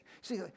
see